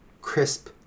crisp